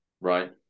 Right